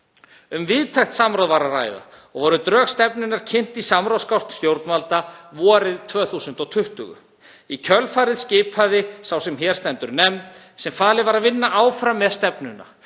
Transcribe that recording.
Um víðtækt samráð var að ræða og voru drög stefnunnar kynnt í samráðsgátt stjórnvalda vorið 2020. Í kjölfarið skipaði sá sem hér stendur nefnd sem falið var að vinna áfram með stefnuna,